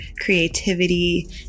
creativity